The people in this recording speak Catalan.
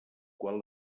quan